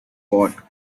brought